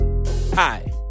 Hi